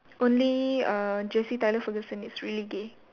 only uh Jesse Tyler Ferguson is really gay